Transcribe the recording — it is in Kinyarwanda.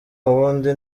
wundi